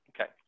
okay